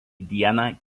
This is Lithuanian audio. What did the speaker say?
dieną